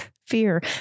Fear